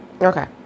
okay